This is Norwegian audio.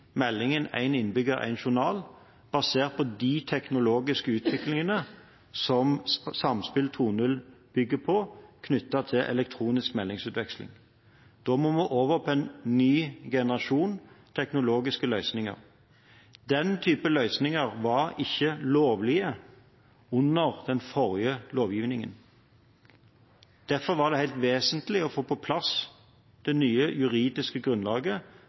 meldingen Én innbygger – én journal, basert på de teknologiske utviklingene som Samspill 2.0 bygger på, knyttet til elektronisk meldingsutveksling. Da må vi over på en ny generasjon teknologiske løsninger. Den typen løsninger var ikke lovlige under den forrige lovgivningen. Derfor var det helt vesentlig å få på plass det nye juridiske grunnlaget